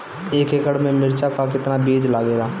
एक एकड़ में मिर्चा का कितना बीज लागेला?